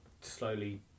slowly